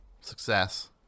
success